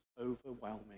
overwhelming